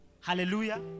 Hallelujah